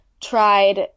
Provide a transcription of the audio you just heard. tried